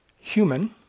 human